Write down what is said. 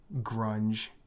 grunge